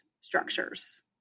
structures